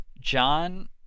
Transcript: John